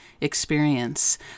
experience